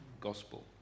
gospel